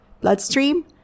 bloodstream